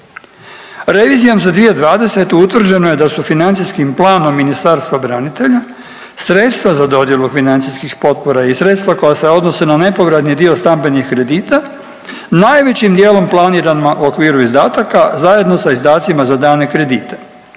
Revizijom za 2020. utvrđeno je da su financijskom planom Ministarstvom branitelja sredstva za dodjelu financijskih potpora i sredstva koja se odnose na nepovratni dio stambenih kredita najvećim dijelom planirana u okviru izdataka zajedno sa izdacima za dane kredite,